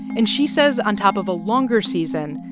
and she says, on top of a longer season,